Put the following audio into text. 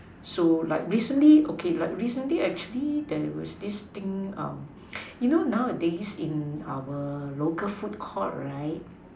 so like recently okay like recently actually there was this thing you know nowadays in our local food court right